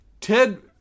Ted